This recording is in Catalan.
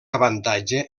avantatge